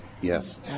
Yes